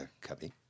Cubby